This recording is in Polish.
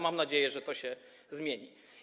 Mam nadzieję, że to się zmieni.